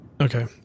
Okay